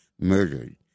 murdered